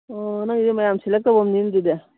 ꯑꯣ ꯅꯪꯒꯤꯁꯦ ꯃꯌꯥꯝ ꯁꯦꯂꯦꯛ ꯇꯧꯐꯝꯅꯤꯅꯦ ꯑꯗꯨꯗꯤ